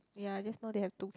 ya just know they have two kid